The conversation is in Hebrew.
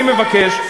אני מבקש,